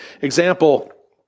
Example